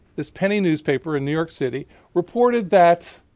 this penny newspaper in new york city reported that